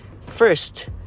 first